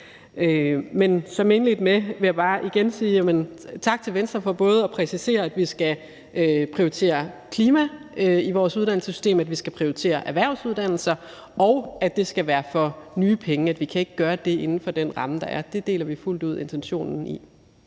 jeg indledte med, vil jeg bare igen sige tak til Venstre for både at præcisere, at vi skal prioritere klima i vores uddannelsessystem, at vi skal prioritere erhvervsuddannelser, og at det skal være for nye penge, altså at vi ikke kan gøre det inden for den ramme, der er. Det deler vi fuldt ud intentionen i.